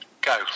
go